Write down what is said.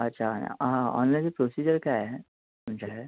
अच्छा online procedure काय आहे तुमच्याकडे